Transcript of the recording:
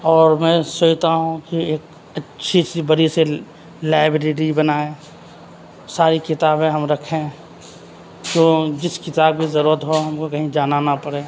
اور میں سوچتا ہوں کی ایک اچھی سی بڑی سی لائبریری بنائیں ساری کتابیں ہم رکھیں تو جس کتاب کی ضرورت ہو ہم کو کہیں جانا نہ پڑے